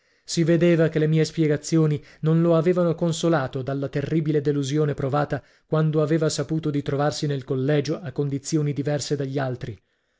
si vedeva che le mie spiegazioni non lo avevano consolato dalla terribile delusione provata quando aveva saputo di trovarsi nel collegio a condizioni diverse dagli altri